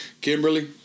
Kimberly